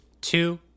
Two